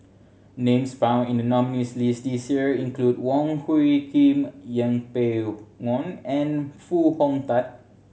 names found in the nominees' list this year include Wong Hung Khim Yeng Pway Ngon and Foo Hong Tatt